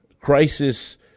crisis